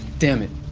damn it!